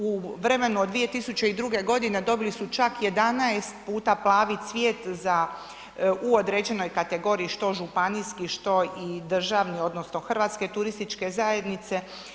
U vremenu od 2002. godine dobili su čak 11 puta „Plavi cvijet“ u određenoj kategoriji što županijski, što i državni odnosno Hrvatske turističke zajednice.